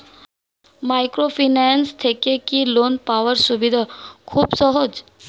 Microfinance থেকে কি loan পাওয়ার সুবিধা খুব সহজ?